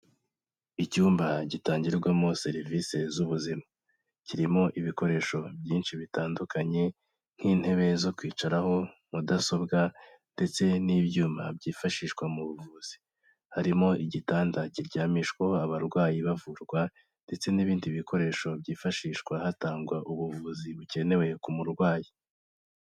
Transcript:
Icyumba gitangirwamo serivise z'ubuzima. Krimo ibikoresho byinshi bitandukanye nk'intebe zo kwicaraho, mudasobwa ndetse n'ibyuma byifashishwa mu buvuzi, harimo igitanda kiryamishwaho abarwayi bavurwa ndetse n'ibindi bikoresho byifashishwa hatangwa ubuvuzi bukenewe ku murwayi.